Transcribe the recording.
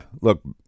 look